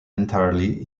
entirely